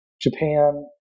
Japan